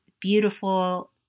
beautiful